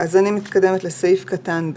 אני מתקדמת לסעיף קטן (ב):